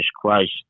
Christ